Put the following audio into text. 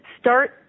start